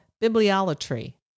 bibliolatry